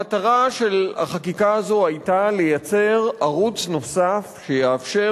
המטרה של החקיקה הזו היתה לייצר ערוץ נוסף שיאפשר